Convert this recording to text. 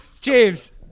James